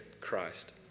Christ